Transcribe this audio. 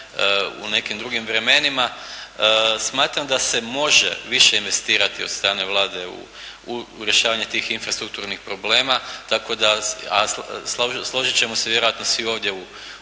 u nekim drugim vremenima. Smatram da se može više investirati od strane Vlade u rješavanje tih infrastrukturnih problema, tako da, a složiti ćemo se vjerojatno svi ovdje u Saboru